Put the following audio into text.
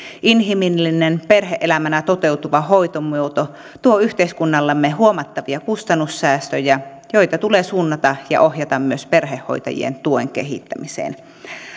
inhimillinen perhe elämänä toteutuva hoitomuoto tuo yhteiskunnallemme huomattavia kustannussäästöjä joita tulee suunnata ja ohjata myös perhehoitajien tuen kehittämiseen